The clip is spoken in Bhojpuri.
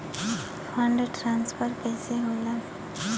फण्ड ट्रांसफर कैसे होला?